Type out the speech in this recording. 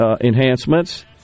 enhancements